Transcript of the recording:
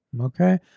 okay